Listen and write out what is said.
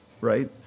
right